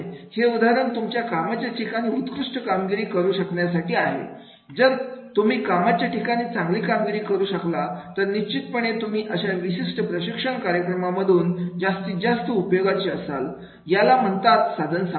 हे उदाहरण तुमच्या कामाच्या ठिकाणी उत्कृष्ट कामगिरी करु शकण्यासाठी आहे जर तुम्ही कामाच्या ठिकाणी चांगली कामगिरी करू शकला तर निश्चितपणे तुम्ही अशा विशिष्ट प्रशिक्षण कार्यक्रमांमधून जास्तीत जास्त उपयोगाचे असाल याला म्हणतात साधन सामग्री